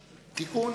(תיקון,